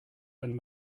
when